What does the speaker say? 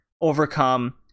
overcome